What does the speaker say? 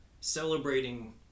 celebrating